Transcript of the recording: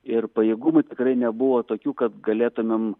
ir pajėgumų tikrai nebuvo tokių kad galėtumėm